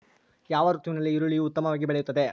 ಯಾವ ಋತುವಿನಲ್ಲಿ ಈರುಳ್ಳಿಯು ಉತ್ತಮವಾಗಿ ಬೆಳೆಯುತ್ತದೆ?